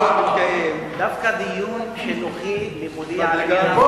דווקא דיון חינוכי לימודי על העניין הזה.